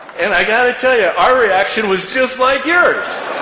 and i got to tell you, our reaction was just like yours!